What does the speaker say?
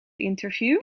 interview